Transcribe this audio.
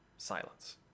silence